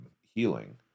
healing